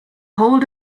hold